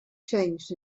changed